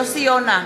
נגד יוסי יונה,